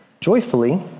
joyfully